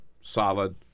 solid